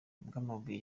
bw’amabuye